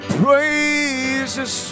praises